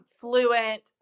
fluent